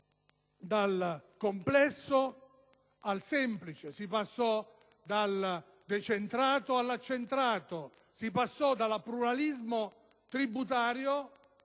dal complesso al semplice, dal decentrato all'accentrato, dal pluralismo tributario